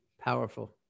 powerful